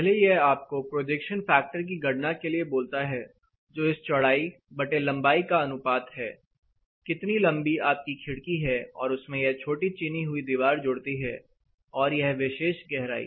पहले यह आपको प्रोजेक्शन फैक्टर की गणना के लिए बोलता है जो इस चौड़ाई बटे लंबाई का अनुपात है कितनी लंबी आपकी खिड़की है और उसमें यह छोटी चीनी हुई दीवार जुड़ती है और यह विशेष गहराई